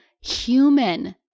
human